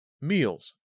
Meals